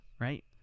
right